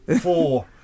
four